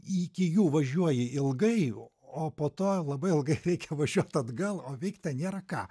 iki jų važiuoji ilgai o po to labai ilgai reikia važiuoti atgal o veikt ten nėra ką